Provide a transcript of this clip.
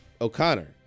O'Connor